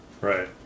Right